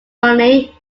colony